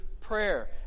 prayer